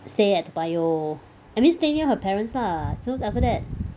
stay at Toa Payoh I mean stay near her parents lah so after that